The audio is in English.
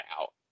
out